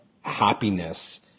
happiness